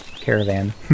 caravan